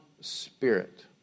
spirit